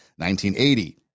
1980